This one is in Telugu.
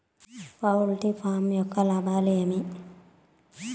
పౌల్ట్రీ ఫామ్ యొక్క లాభాలు ఏమి